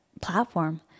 platform